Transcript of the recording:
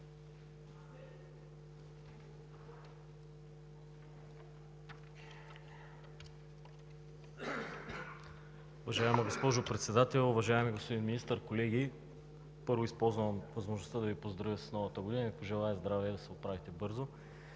възможността да Ви поздравя с Новата година, да Ви пожелая здраве и да се оправите бързо!